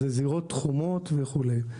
זה זירות תחומות וכולי.